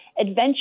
adventure